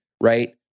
right